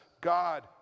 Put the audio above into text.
God